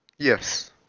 Yes